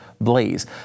blaze